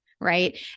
right